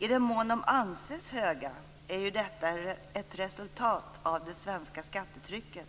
I den mån de anses höga är ju detta ett resultat av det svenska skattetrycket